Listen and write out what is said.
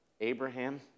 Abraham